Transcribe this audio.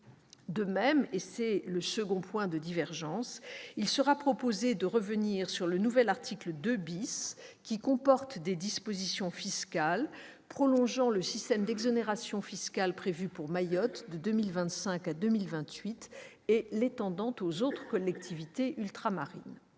De même, et c'est le second point de divergence, il sera proposé de revenir sur le nouvel article 2 , qui comporte des dispositions fiscales prolongeant le système d'exonérations fiscales prévu pour Mayotte de 2025 à 2028 et l'étendant aux autres collectivités ultramarines.